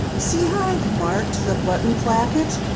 see i've marked the button placket.